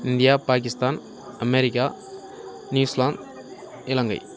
India Pakistan America New Zealand Ilangai